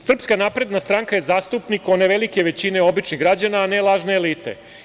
Srpska napredna stranka je zastupnik one velike većine običnih građana, ne lažne elite.